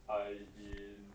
I in